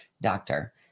Doctor